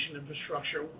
infrastructure